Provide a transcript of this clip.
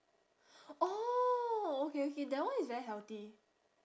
oh okay okay that one is very healthy